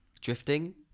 drifting